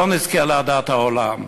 לא נזכה לאהדת העולם,